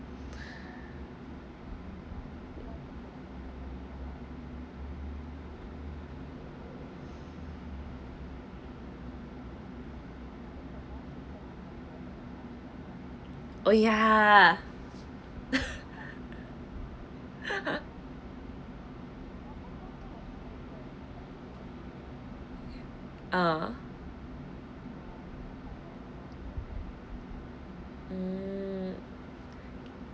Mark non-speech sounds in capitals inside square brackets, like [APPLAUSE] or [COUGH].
oh ya [LAUGHS] uh mm